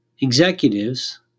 executives